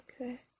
okay